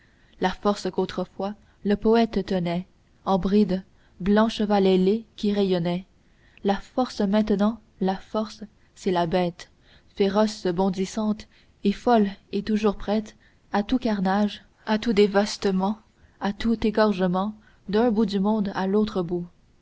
la force qu'autrefois le poète tenait en bride blanc cheval ailé qui rayonnait la force maintenant la force c'est la bête féroce bondissante et folle et toujours prête a tout carnage à tout dévaslement à tout égorgement d'un bout du monde à l'autre bout